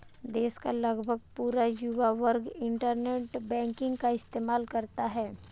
देश का लगभग पूरा युवा वर्ग इन्टरनेट बैंकिंग का इस्तेमाल करता है